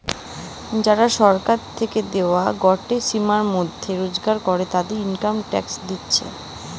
যারা সরকার নু দেওয়া গটে সীমার মধ্যে রোজগার করে, তারা ইনকাম ট্যাক্স দিতেছে